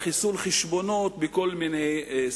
לחיסול חשבונות בכל מיני סיטואציות.